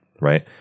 Right